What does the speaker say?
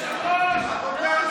זה בניגוד לתקנון.